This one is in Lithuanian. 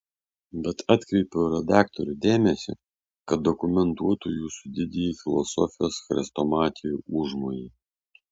bet atkreipiau redaktorių dėmesį kad dokumentuotų jūsų didįjį filosofijos chrestomatijų užmojį